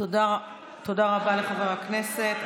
תודה רבה לחבר הכנסת.